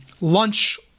lunch